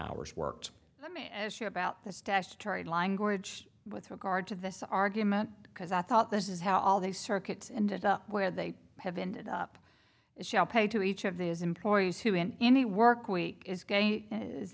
hours worked let me ask you about the statutory language with regard to this argument because i thought this is how all these circuits ended up where they have ended up shall pay to each of those employees who in any workweek is g